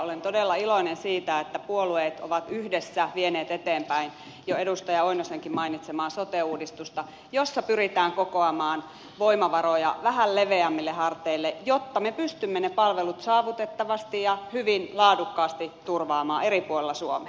olen todella iloinen siitä että puolueet ovat yhdessä vieneet eteenpäin jo edustaja oinosenkin mainitsemaa sote uudistusta jossa pyritään kokoamaan voimavaroja vähän leveämmille harteille jotta me pystymme ne palvelut saavutettavasti ja hyvin laadukkaasti turvaamaan eri puolilla suomea